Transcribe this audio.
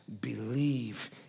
believe